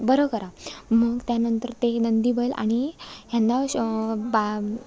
बरं करा मग त्यानंतर ते नंदीबैल आणि ह्यांना श बा